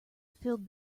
filled